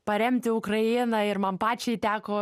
paremti ukrainą ir man pačiai teko